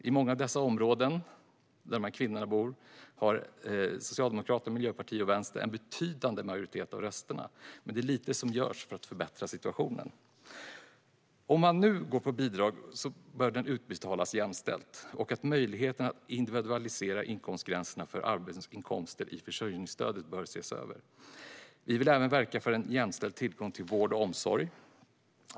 I många av de områden där de här kvinnorna bor har Socialdemokraterna, Miljöpartiet och Vänstern en betydande majoritet av rösterna, men det är lite som görs för att förbättra situationen. Om nu bidrag ska betalas ut ska det göras jämställt, och möjligheten att individualisera inkomstgränserna för arbetsinkomster i försörjningsstödet bör ses över. Vi vill även verka för en jämställd tillgång till vård och omsorg.